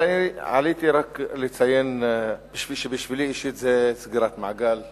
אבל עליתי רק לציין כי בשבילי אישית זו סגירת מעגל קטנה.